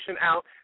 out